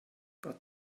but